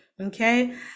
okay